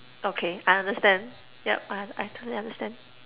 okay I understand yup I I totally understand